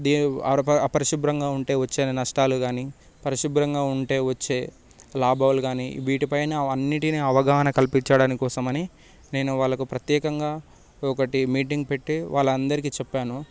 అపరిశుబ్రంగా ఉంటే వచ్చే నస్టాలు కాని పరిశుబ్రంగా ఉంటే వచ్చే లాభాలు కాని వీటి పైన అన్నింటిని అవగాహన కల్పించడానికి కోసం అని వాళ్ళకి నేను ప్రత్యేకంగా ఒకటి మీటింగ్ పెట్టి వాళ్ళందరికీ చెప్పాను